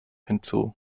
hinzu